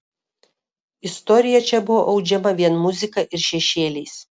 istorija čia buvo audžiama vien muzika ir šešėliais